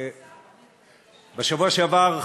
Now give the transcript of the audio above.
בשבוע שעבר,